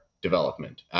development